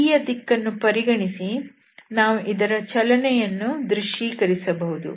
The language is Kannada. ಈ vಯ ದಿಕ್ಕನ್ನು ಪರಿಗಣಿಸಿ ನಾವು ಇದರ ಚಲನೆಯನ್ನು ದೃಶ್ಯೀಕರಿಸಬಹುದು